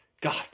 god